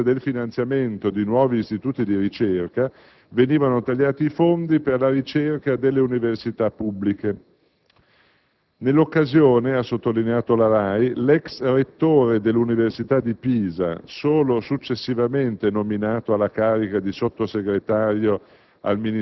a fronte del finanziamento di nuovi istituti di ricerca, venivano tagliati i fondi per la ricerca delle università pubbliche. Nell'occasione, ha sottolineato la RAI, l'ex rettore dell'università di Pisa, solo successivamente nominato alla carica di Sottosegretario